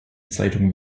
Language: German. zeitung